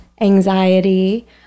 anxiety